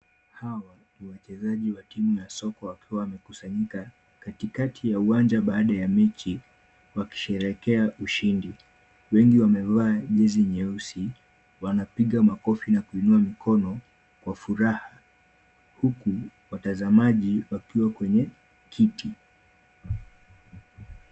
Hawa ni wachezaji wa timu ya soka, wakiwa wamekusanyika katikati ya uwanja baada ya mechi, wakisherehekea ushindi. Wengi wamevaa jezi nyeusi wanapiga makofi na kuinua mikono kwa furaha, huku watazamaji wakiwa kwenye kiti.